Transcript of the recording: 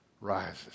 rises